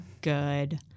good